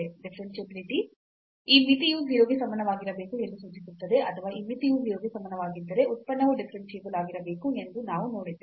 differentiability ಈ ಮಿತಿಯು 0 ಗೆ ಸಮನಾಗಿರಬೇಕು ಎಂದು ಸೂಚಿಸುತ್ತದೆ ಅಥವಾ ಈ ಮಿತಿಯು 0 ಗೆ ಸಮನಾಗಿದ್ದರೆ ಉತ್ಪನ್ನವು ಡಿಫರೆನ್ಸಿಬಲ್ ಆಗಿರಬೇಕು ಎಂದು ನಾವು ನೋಡಿದ್ದೇವೆ